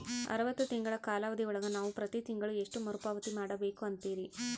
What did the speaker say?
ಅರವತ್ತು ತಿಂಗಳ ಕಾಲಾವಧಿ ಒಳಗ ನಾವು ಪ್ರತಿ ತಿಂಗಳು ಎಷ್ಟು ಮರುಪಾವತಿ ಮಾಡಬೇಕು ಅಂತೇರಿ?